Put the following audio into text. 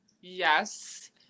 yes